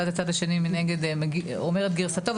ואז הצד השני מנגד אומר את גרסתו,